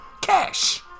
cash